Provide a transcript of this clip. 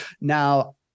Now